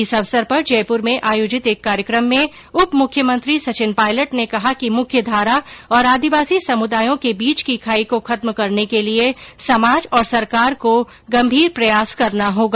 इस अवसर पर जयपुर में आयोजित एक कार्यक्रम में उप मुख्यमंत्री सचिन पायलट ने कहा कि मुख्यधारा और आदिवासी समुदायों के बीच की खाई को खत्म करने के लिए समाज और सरकार को गंभीर प्रयास करना होगा